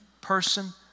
person